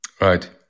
right